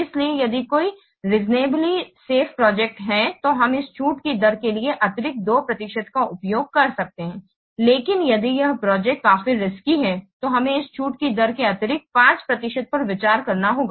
इसलिए यदि कोई रीज़नबली सेफ प्रोजेक्ट्स है तो हम इस छूट की दर के लिए अतिरिक्त 2 प्रतिशत का उपयोग कर सकते हैं लेकिन यदि यह प्रोजेक्ट काफी रिस्की है तो हमें इस छूट की दर के अतिरिक्त 5 प्रतिशत पर विचार करना होगा